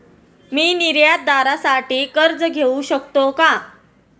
मी निर्यातदारासाठी कर्ज घेऊ शकतो का?